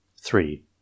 Three